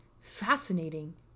fascinating